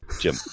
Jim